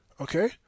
Okay